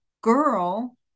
girl